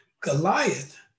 Goliath